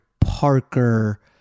Parker